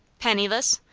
penniless?